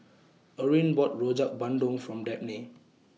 Orene bought Rojak Bandung For Dabney